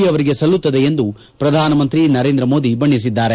ಯವರಿಗೆ ಸಲ್ಲುತ್ತದೆ ಎಂದು ಪ್ರಧಾನಮಂತ್ರಿ ನರೇಂದ್ರ ಮೋದಿ ಬಣ್ಣಿಸಿದ್ದಾರೆ